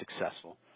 successful